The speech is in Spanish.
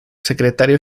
secretario